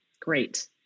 Great